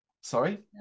Sorry